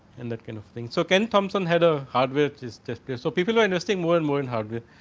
and that, kind of think. so, ken thomson had a hardware chess. so, people where investing more and more and hardware.